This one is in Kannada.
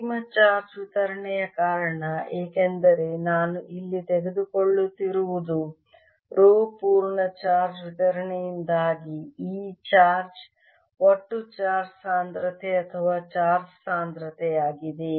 ಅಂತಿಮ ಚಾರ್ಜ್ ವಿತರಣೆಯ ಕಾರಣ ಏಕೆಂದರೆ ನಾನು ಇಲ್ಲಿ ತೆಗೆದುಕೊಳ್ಳುತ್ತಿರುವುದು ರೋ ಪೂರ್ಣ ಚಾರ್ಜ್ ವಿತರಣೆಯಿಂದಾಗಿ ಈ ಚಾರ್ಜ್ ಒಟ್ಟು ಚಾರ್ಜ್ ಸಾಂದ್ರತೆ ಅಥವಾ ಚಾರ್ಜ್ ಸಾಂದ್ರತೆಯಾಗಿದೆ